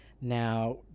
Now